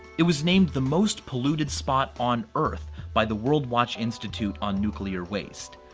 it was named the most polluted spot on earth by the world watch institute on nuclear waste.